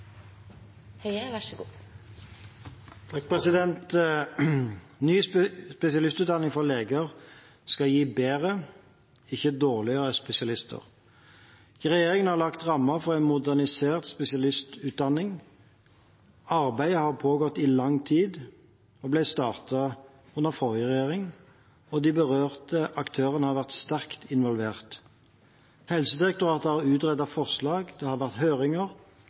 vi er så tydelige i merknader, at vi ikke er like tydelige i vedtak. Ny spesialistutdanning for leger skal gi bedre, ikke dårligere, spesialister. Regjeringen har lagt rammer for en modernisert spesialistutdanning. Arbeidet har pågått i lang tid. Det ble startet under forrige regjering, og de berørte aktørene har vært sterkt involvert. Helsedirektoratet har utredet forslag, det har vært høringer,